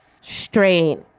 straight